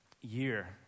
year